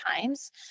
times